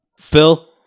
Phil